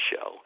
show